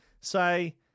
say